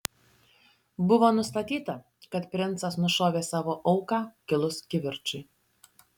buvo nustatyta kad princas nušovė savo auką kilus kivirčui